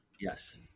Yes